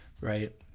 right